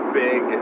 big